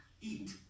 Eat